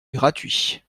gratuit